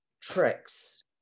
tricks